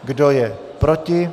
Kdo je proti?